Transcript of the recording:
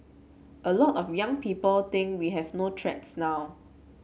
a lot of young people think we have no threats now